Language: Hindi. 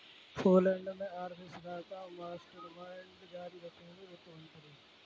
पोलैंड के आर्थिक सुधार का मास्टरमाइंड जारी रखेंगे वित्त मंत्री